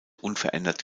unverändert